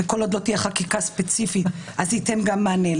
כל עוד לא תהיה חקיקה ספציפית זה ייתן מענה.